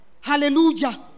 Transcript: Hallelujah